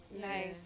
Nice